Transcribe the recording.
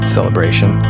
Celebration